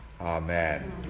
Amen